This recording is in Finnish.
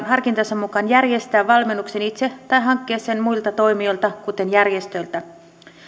harkintansa mukaan järjestää valmennuksen itse tai hankkia sen muilta toimijoilta kuten järjestöiltä